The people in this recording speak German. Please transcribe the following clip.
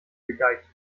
gegeigt